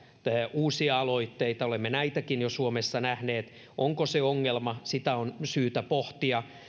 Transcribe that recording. uusia aloitteita olemme näitäkin jo suomessa nähneet onko se ongelma sitä on syytä pohtia